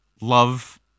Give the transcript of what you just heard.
love